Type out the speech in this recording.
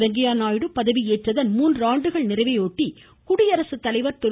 வெங்கையா நாயுடு பதவி ஏற்றதன் மூன்று ஆண்டுகள் நிறைவை ஒட்டி குடியரசுத்தலைவர் திரு